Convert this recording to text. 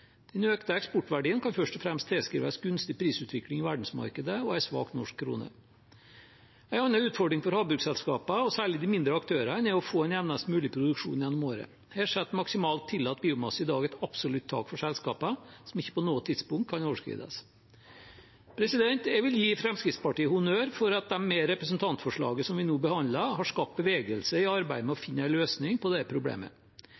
Den økte eksportverdien kan først og fremst tilskrives gunstig prisutvikling i verdensmarkedet og en svak norsk krone. En annen utfordring for havbruksselskapene, og særlig de mindre aktørene, er å få en jevnest mulig produksjon gjennom året. Her setter maksimalt tillatt biomasse i dag et absolutt tak for selskapene, som ikke på noe tidspunkt kan overskrides. Jeg vil gi Fremskrittspartiet honnør for at de med det representantforslaget vi nå behandler, har skapt bevegelse i arbeidet med å finne en løsning på dette problemet.